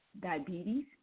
diabetes